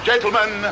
Gentlemen